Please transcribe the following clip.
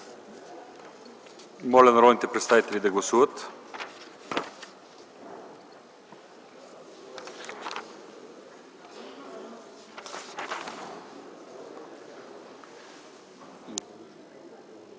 Моля народните представители да гласуват.